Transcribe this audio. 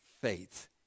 faith